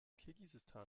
kirgisistan